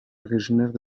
originaires